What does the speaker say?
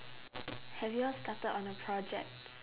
have you all started on the project